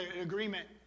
agreement